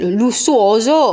lussuoso